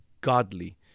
godly